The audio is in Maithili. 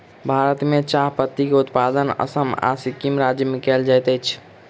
भारत में चाह पत्ती के उत्पादन असम आ सिक्किम राज्य में कयल जाइत अछि